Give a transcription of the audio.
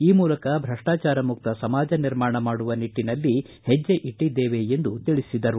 ಈ ಮೂಲಕ ಭ್ರಷ್ಲಾಚಾರ ಮುಕ್ತ ಸಮಾಜ ನಿರ್ಮಾಣ ಮಾಡುವ ನಿಟ್ಲಿನಲ್ಲಿ ಹೆಜ್ಜೆ ಇಟ್ಟಿದ್ದೇವೆ ಎಂದು ತಿಳಿಸಿದರು